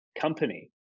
company